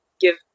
give